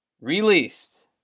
released